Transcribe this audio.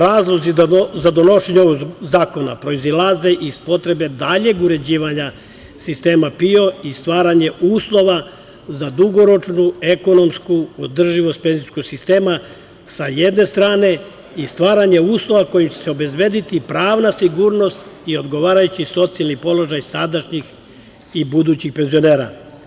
Razlozi za donošenje ovog zakona proizilaze iz potrebe daljeg uređivanja sistema PIO i stvaranje uslova za dugoročnu ekonomsku održivost penzijskog sistema sa jedne strane i stvaranje uslova kojim će se obezbediti pravna sigurnost i odgovarajući socijalni položaj sadašnjih i budućih penzionera.